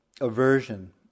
aversion